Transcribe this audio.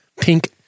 pink